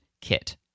kit